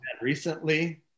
recently